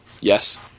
Yes